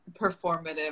performative